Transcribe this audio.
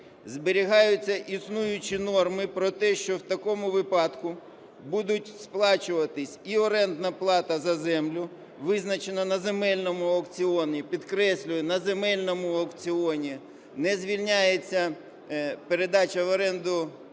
Зберігаються існуючі норми про те, що в такому випадку будуть сплачуватись і орендна плата за землю, визначена на земельному аукціоні, підкреслюю, на земельному аукціоні. Не звільняється передача в оренду